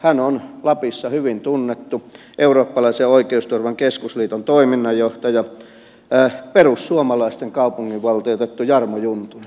hän on lapissa hyvin tunnettu eurooppalaisen oikeusturvan keskusliiton toiminnanjohtaja perussuomalaisten kaupunginvaltuutettu jarmo juntunen